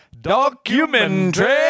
documentary